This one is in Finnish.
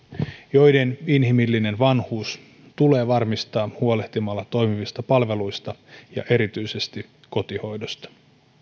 joiden inhimillinen vanhuus tulee varmistaa huolehtimalla toimivista palveluista ja erityisesti kotihoidosta